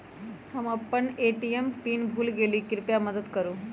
हम अपन ATM pin भूल गेली ह, कृपया मदत करू